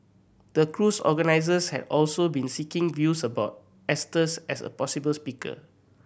the cruise organisers had also been seeking views about Estes as a possible speaker